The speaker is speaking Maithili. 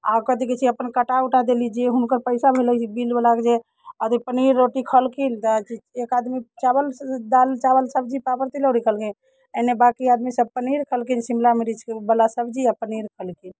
आ कथि कहै छै अपन काटा उटा देली जे हुनकर पइसा भेलै बिल बलाके जे अथि पनीर रोटी खलखिन तऽ एक आदमी चावल दालि चावल सब्जी पापड़ तिलौड़ी खैलखिन एन्ने बाँकी आदमी सभ पनीर खलखिन शिमला मिर्चके ओ बला सब्जी आओर पनीर खलखिन